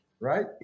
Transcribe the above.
right